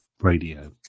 radio